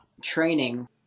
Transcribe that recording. training